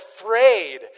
afraid